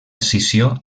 escissió